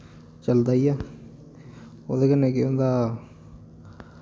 चलदा गै ऐ ओह्दे कन्नै केह् होंदा